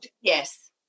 yes